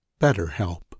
BetterHelp